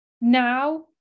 now